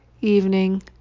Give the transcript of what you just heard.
evening